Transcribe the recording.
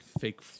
fake